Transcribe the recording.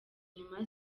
inyuma